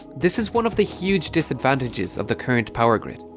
this is one of the huge disadvantages of the current power-grid.